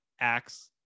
acts